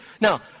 Now